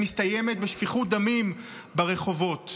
מסתיימת בשפיכות דמים ברחובות.